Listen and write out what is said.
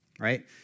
Right